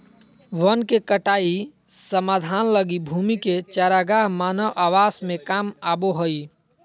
वन के कटाई समाधान लगी भूमि के चरागाह मानव आवास में काम आबो हइ